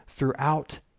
Throughout